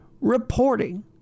reporting